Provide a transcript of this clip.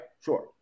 sure